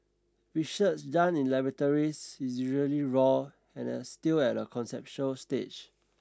research done in laboratories is usually raw and still at a conceptual stage